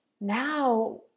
Now